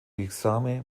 exame